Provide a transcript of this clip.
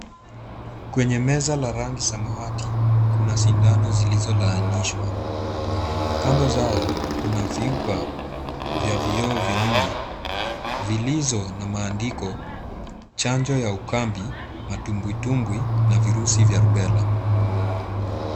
Kwenye meza la rangi samawati, kuna sindano zilizolaanishwa. Kando zao kuna vyupa vya vioo vinne vilizo na maandiko chanjo ya Ukambi, Matumbwitumbwi na virusi vya Rubela.